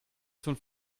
zum